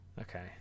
Okay